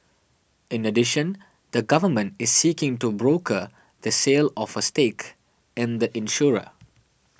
in addition the government is seeking to broker the sale of a stake in the insurer